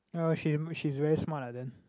oh she she's very smart lah then